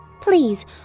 Please